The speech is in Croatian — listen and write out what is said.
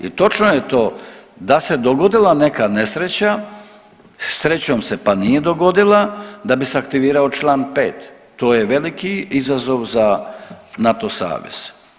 I točno je to da se dogodila neka nesreća, srećom se pa nije dogodila da bi se aktivirao čl. 5. to je veliki izazov za NATO savez.